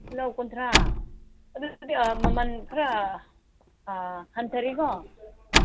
ꯇꯤꯜꯍꯧ ꯀꯨꯟꯊ꯭ꯔꯥ ꯑꯗꯨꯗꯤ ꯃꯃꯟ ꯈꯔ ꯍꯟꯊꯔꯦꯀꯣ